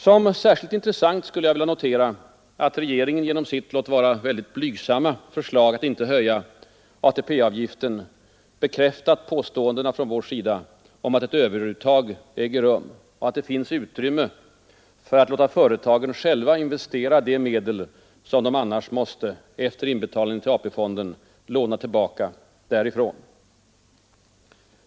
Som särskilt intressant skulle jag vilja notera att regeringen genom sitt — låt vara mycket blygsamma — förslag att inte höja ATP-avgiften bekräftat våra påståenden om att ett överuttag äger rum och att det finns utrymme för att låta företagen själva investera de medel, som de annars måste efter inbetalning till AP-fonden låna tillbaka därifrån. 7.